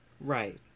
right